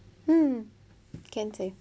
mm can say